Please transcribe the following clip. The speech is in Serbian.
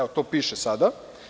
Tako piše sada.